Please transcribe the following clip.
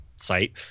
site